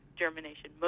germination